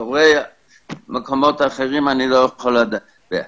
דוברי מקומות אחרים, אני לא יכול לדבר.